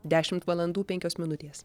dešimt valandų penkios minutės